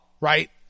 right